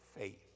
faith